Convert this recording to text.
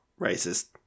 racist